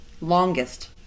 Longest